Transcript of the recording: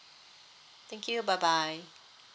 thank you bye bye